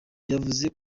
yavuze